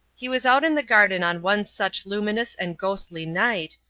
he was out in the garden on one such luminous and ghostly night,